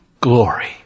glory